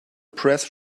press